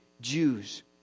Jews